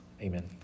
Amen